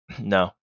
No